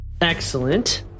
excellent